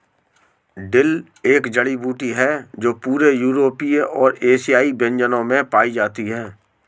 dill एक जड़ी बूटी है जो पूरे यूरोपीय और एशियाई व्यंजनों में पाई जाती है